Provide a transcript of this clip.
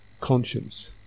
conscience